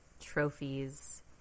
trophies